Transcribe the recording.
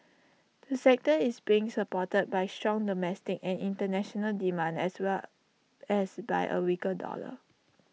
the sector is being supported by strong domestic and International demand as well as by A weaker dollar